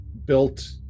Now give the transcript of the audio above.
built